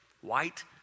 white